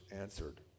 answered